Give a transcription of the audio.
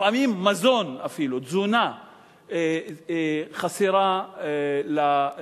לפעמים מזון, אפילו תזונה חסרה למשפחות.